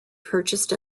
purchased